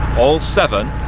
all seven,